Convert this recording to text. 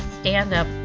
stand-up